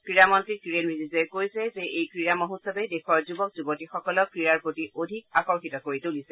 ক্ৰীড়া মন্ত্ৰী কিৰেন ৰিজিজুৱে কৈছে যে এই ক্ৰীড়া মহোৎসৱে দেশৰ যুৱক যুৱতীসকলক ক্ৰীড়াৰ প্ৰতি অধিক আকৰ্ষিত কৰি তুলিছে